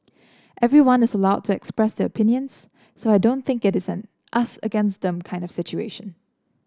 everyone is allowed to express their opinions so I don't think it is an us against them kind of situation